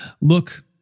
Look